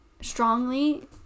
strongly